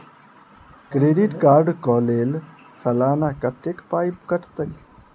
Credit card कऽ लेल सलाना कत्तेक पाई कटतै?